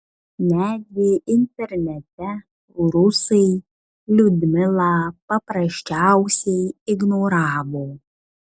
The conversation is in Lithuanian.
netgi internete rusai liudmilą paprasčiausiai ignoravo